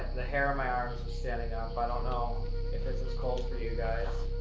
the hair on my arms is standing up. i don't know if it's as cold for you guys.